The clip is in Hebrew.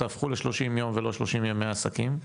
תהפכו לשלושים יום ולא שלושים ימי עסקים.